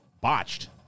botched